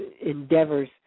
endeavors